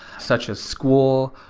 such as school,